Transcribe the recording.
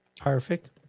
Perfect